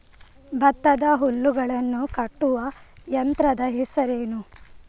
ಭತ್ತದ ಹುಲ್ಲನ್ನು ಕಟ್ಟುವ ಯಂತ್ರದ ಹೆಸರೇನು?